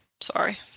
Sorry